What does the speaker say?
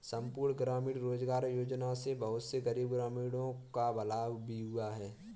संपूर्ण ग्रामीण रोजगार योजना से बहुत से गरीब ग्रामीणों का भला भी हुआ है